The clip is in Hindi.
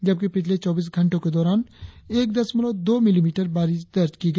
जबकि पिछले चौबीस घंटों के दौरान एक दशमलव दो मिलीमीटर बारिश दर्ज किया गया